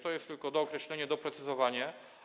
To jest tylko dookreślenie, doprecyzowanie.